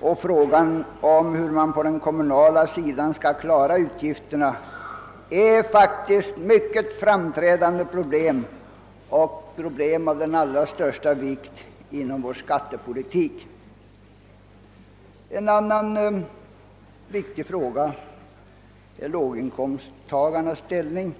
och frågan om hur man på den kommunala sidan skall klara utgifterna är faktiskt problem av den allra största vikt inom vår skattepolitik. En annan viktig fråga är låginkomstgruppernas ställning.